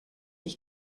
ich